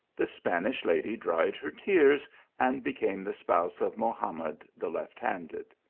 the spanish lady dried her tears and became the spouse of mohamed the left-handed.